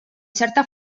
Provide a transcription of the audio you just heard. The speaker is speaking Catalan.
certa